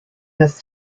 this